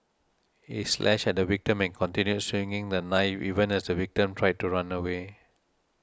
he slashed at the victim and continued swinging the knife even as the victim tried to run away